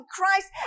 Christ